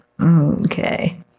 Okay